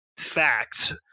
facts